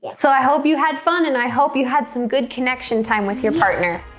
yeah so i hope you had fun and i hope you had some good connection time with your partner.